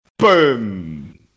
Boom